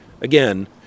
again